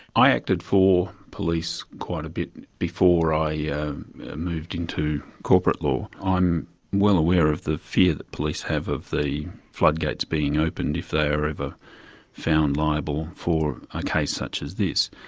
i acted for police quite a bit before i yeah moved into corporate law. i'm well aware of the fear that police have of the floodgates being opened if they are ever found liable for a case such as this.